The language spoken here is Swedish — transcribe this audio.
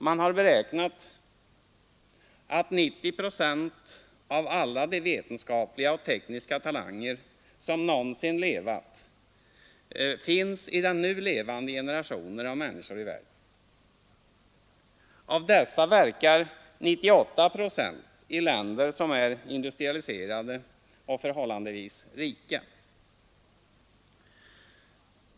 Man har beräknat att 90 procent av alla de vetenskapliga och tekniska talanger som någonsin levat finns i den nu levande generationen av människor i världen. Av dessa verkar 98 procent i länder som är industrialiserade och förhållandevis rika.